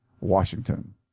Washington